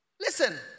Listen